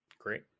Great